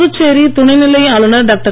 புதுச்சேரி துணைநிலை ஆளுநர் டாக்டர்